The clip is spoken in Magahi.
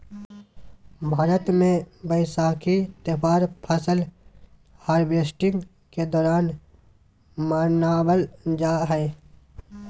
भारत मे वैसाखी त्यौहार फसल हार्वेस्टिंग के दौरान मनावल जा हय